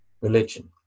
religion